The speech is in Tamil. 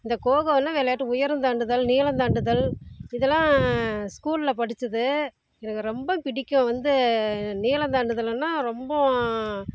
இந்த கோ கோ விளையாட்டு உயரம் தாண்டுதல் நீளம் தாண்டுதல் இதெல்லாம் ஸ்கூலில் படித்தது எனக்கு ரொம்ப பிடிக்கும் வந்து நீளம் தாண்டுதல்னா ரொம்ப